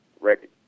record